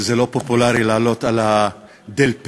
שזה לא פופולרי לעלות על הדלפק,